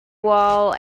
wall